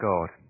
God